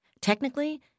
Technically